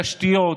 תשתיות,